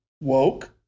woke